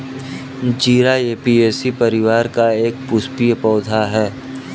जीरा ऍपियेशी परिवार का एक पुष्पीय पौधा है